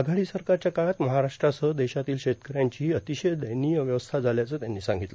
आधाडी सरकारच्या काळात महाराष्ट्रासह देशातील शेतकऱ्यांचीही अतिशय दयनिय अवस्था झाल्याचं त्यांनी सांगितलं